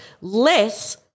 less